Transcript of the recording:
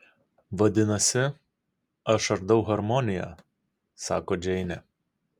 vadinasi aš ardau harmoniją sako džeinė